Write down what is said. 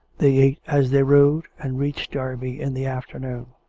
they ate as they rode, and reached derby in the after noon.